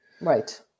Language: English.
Right